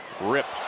Ripped